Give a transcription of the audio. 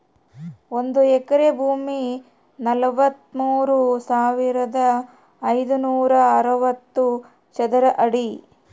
ಒಂದು ಎಕರೆ ಭೂಮಿ ನಲವತ್ಮೂರು ಸಾವಿರದ ಐನೂರ ಅರವತ್ತು ಚದರ ಅಡಿ